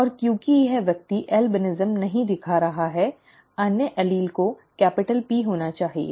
और क्योंकि यह व्यक्ति अल्बिनिज्म नहीं दिखा रहा है अन्य एलील को कैपिटल P होना चाहिए